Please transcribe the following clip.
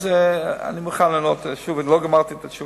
אז אני מוכן לענות שוב, עדיין לא גמרתי את התשובה.